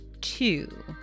two